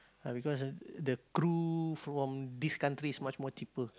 uh because ah the the crew from these countries much more cheaper